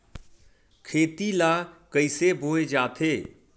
खेती ला कइसे बोय जाथे?